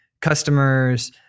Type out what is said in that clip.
customers